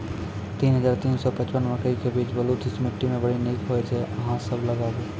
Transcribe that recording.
तीन हज़ार तीन सौ पचपन मकई के बीज बलधुस मिट्टी मे बड़ी निक होई छै अहाँ सब लगाबु?